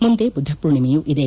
ಮುಂದೆ ಬುದ್ದ ಪೂರ್ಣಿಮೆಯೂ ಇದೆ